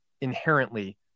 inherently